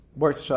works